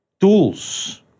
tools